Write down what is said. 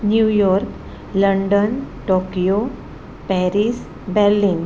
New York London Tokyo Paris Berlin